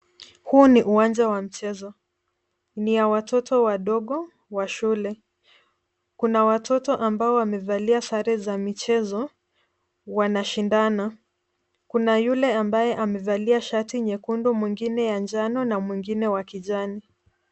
Huu ni uwanja wa mchezo. Ni ya watoto wadogo wa shule. Kuna watoto ambao wamevalia sare za michezo, wanashindana. Kuna yule ambaye amevalia shati nyekundu, mwingine ya njano na mwingine wa kijani.